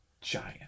giant